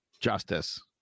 justice